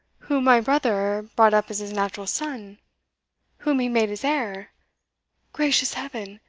whom my brother brought up as his natural son whom he made his heir gracious heaven!